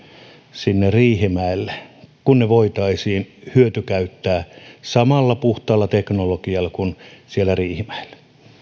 sinne riihimäelle kun ne voitaisiin hyötykäyttää samalla puhtaalla teknologialla kuin siellä riihimäellä